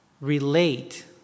relate